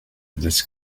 des